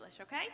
okay